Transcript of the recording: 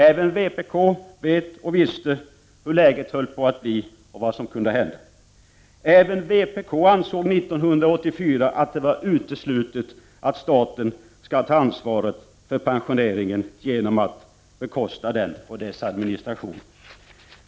Även vpk vet och visste hur läget höll på att bli och vad som kunde hända. Även vpk ansåg 1984 att det var uteslutet att staten skulle ta ansvaret för pensioneringen genom att bekosta den och dess administration.